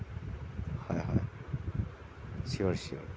হয় হয় cheers cheers